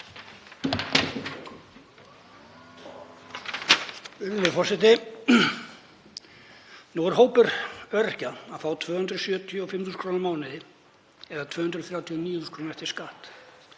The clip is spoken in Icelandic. Nú er hópur öryrkja fá 275.000 kr. á mánuði eða 239.000 kr. eftir skatt.